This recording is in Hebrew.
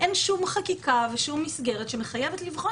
אין שום חקיקה ושום מסגרת שמחייבת לבחון